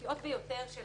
משמעותיות ביותר של